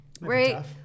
Right